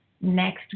next